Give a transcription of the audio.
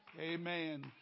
Amen